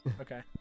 Okay